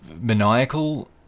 maniacal